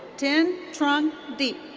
tin trung diep.